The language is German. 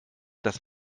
dass